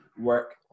work